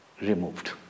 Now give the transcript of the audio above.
Removed